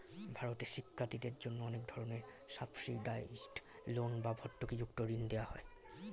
ভারতে শিক্ষার্থীদের জন্য অনেক ধরনের সাবসিডাইসড লোন বা ভর্তুকিযুক্ত ঋণ দেওয়া হয়